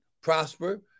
prosper